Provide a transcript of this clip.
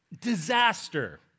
disaster